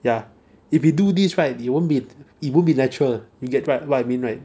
ya if you do this right you won't be it won't be natural you get right what I mean right